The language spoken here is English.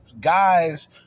guys